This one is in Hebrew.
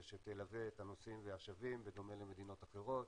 שתלווה את הנוסעים והשבים בדומה למדינות אחרות,